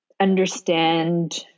understand